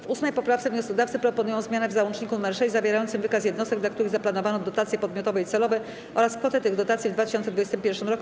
W 8. poprawce wnioskodawcy proponują zmianę w załączniku nr 6 zawierającym wykaz jednostek, dla których zaplanowano dotacje podmiotowe i celowe oraz kwotę tych dotacji w 2021 r.